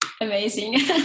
amazing